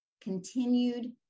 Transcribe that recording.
continued